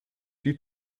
die